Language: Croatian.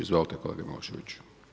Izvolite kolega Miloševiću.